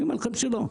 אני אומר לכם שלא.